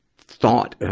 thought, ah,